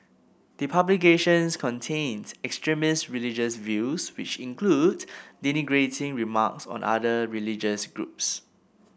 the publications contain extremist religious views which include denigrating remarks on other religious groups